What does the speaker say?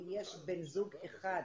אם יש בן זוג אחד,